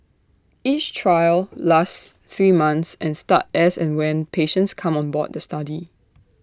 each trial lasts three months and start as and when patients come on board the study